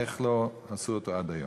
איך לא עשו אותו עד היום?